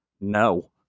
no